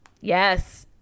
Yes